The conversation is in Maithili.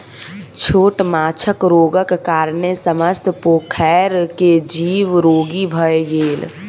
छोट माँछक रोगक कारणेँ समस्त पोखैर के जीव रोगी भअ गेल